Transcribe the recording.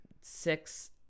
six